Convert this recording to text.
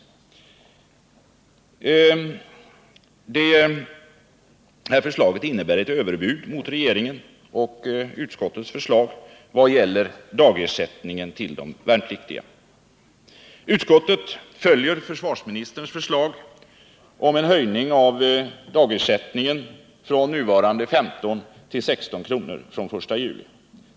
Det förslaget innebär ett överbud mot regeringens och utskottets förslag i vad gäller dagersättningen till de värnpliktiga. Utskottet följer försvarsministerns förslag om en höjning av dagersättningen från nuvarande 15 kr. till 16 kr. från den 1 juli.